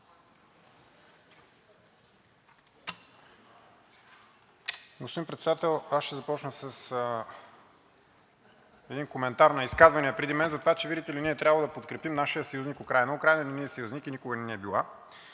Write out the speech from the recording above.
Господин Председател, аз ще започна с един коментар на изказалия се преди мен за това, че, видите ли, ние трябвало да подкрепим нашия съюзник Украйна. Украйна не ни е съюзник и никога не ни е била